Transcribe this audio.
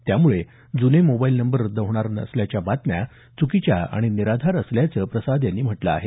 त्यामुळे जुने mobile number रद्द होणार असल्याच्या बातम्या चुकीच्या आणि निराधार असल्याचं प्रसाद यांनी म्हटलं आहे